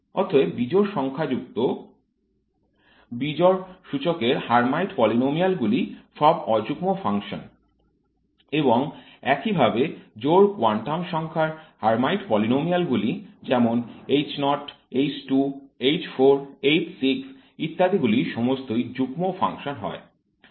অতএব বিজোড় সংখ্যাযুক্ত বিজোড় সূচীকের হার্মাইট পলিনোমিয়াল গুলি সব অযুগ্ম ফাংশন এবং একইভাবে জোড় কোয়ান্টাম সংখ্যার হার্মাইট পলিনোমিয়াল গুলি যেমন H 0 H 2 H 4 H 6 ইত্যাদি গুলি সমস্তই যুগ্ম ফাংশন হয়